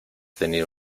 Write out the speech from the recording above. tenido